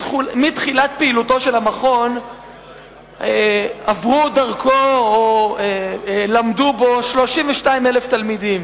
מתחילת פעילותו של המכון למדו בו 32,000 תלמידים,